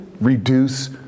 reduce